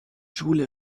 schule